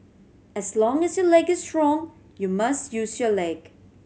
as long as your leg is strong you must use your leg